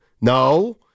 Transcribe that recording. No